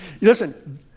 listen